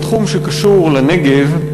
לתחום שקשור לנגב.